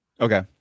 Okay